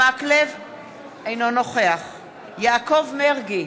אינו נוכח יעקב מרגי,